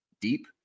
deep